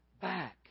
back